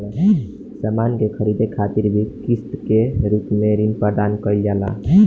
सामान के ख़रीदे खातिर भी किस्त के रूप में ऋण प्रदान कईल जाता